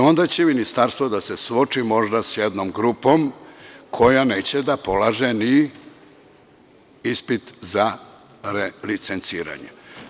Onda će ministarstvo da se suoči sa jednom grupa koja neće da polaže ni ispit za relicenciranje.